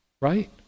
Right